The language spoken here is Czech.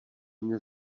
mne